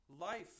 life